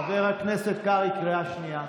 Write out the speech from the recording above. חבר הכנסת קרעי, קריאה שנייה.